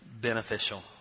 Beneficial